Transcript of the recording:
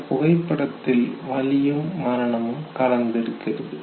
இந்த புகைப்படத்தில் வலியும் மரணமும் கலந்திருக்கிறது